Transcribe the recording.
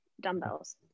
dumbbells